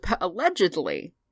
allegedly